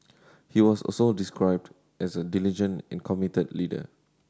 he was also described as a diligent and committed leader